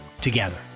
Together